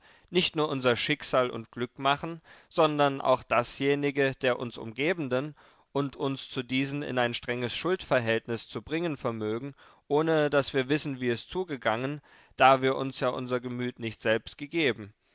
nicht nur unser schicksal und glück machen sondern auch dasjenige der uns umgebenden und uns zu diesen in ein strenges schuldverhältnis zu bringen vermögen ohne daß wir wissen wie es zugegangen da wir uns ja unser gemüt nicht selbst gegeben